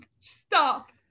Stop